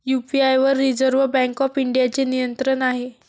UPI वर reserve bank of इंडियाचे नियंत्रण आहे